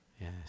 Yes